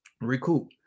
recoup